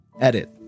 Edit